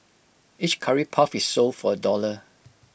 each Curry puff is sold for A dollar